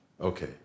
Okay